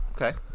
Okay